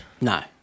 No